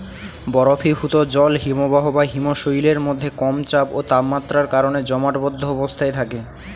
বরফীভূত জল হিমবাহ বা হিমশৈলের মধ্যে কম চাপ ও তাপমাত্রার কারণে জমাটবদ্ধ অবস্থায় থাকে